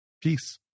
Peace